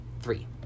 three